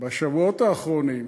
בשבועות האחרונים,